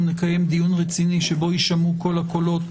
נקיים דיון רציני שבו יישמעו כל הקולות,